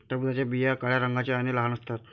टरबूजाच्या बिया काळ्या रंगाच्या आणि लहान असतात